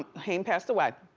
haim passed away.